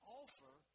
offer